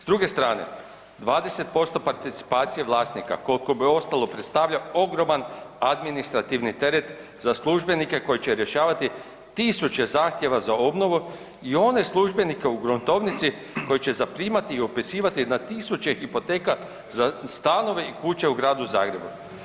S druge strane 20% participacije vlasnika kolko bi ostalo predstavlja ogroman administrativni teret za službenike koji će rješavati tisuće zahtjeva za obnovu i one službenike u gruntovnici koji će zaprimati i upisivati na tisuće hipoteka za stanove i kuće u Gradu Zagrebu.